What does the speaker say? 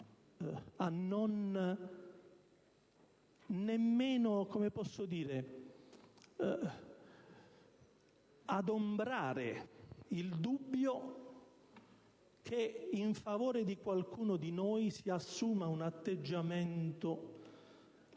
a nemmeno adombrare il dubbio che in favore di qualcuno di noi si assuma un atteggiamento